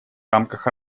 рамках